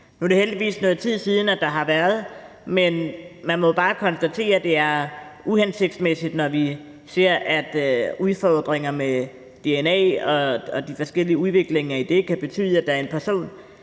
er det heldigvis noget tid siden, at der har været noget, men man må bare konstatere, at det er uhensigtsmæssigt, når vi ser, at udfordringer med dna og de forskellige udviklinger i det, kan betyde, at der er en person,